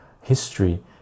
history